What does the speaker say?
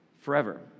forever